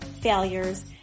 failures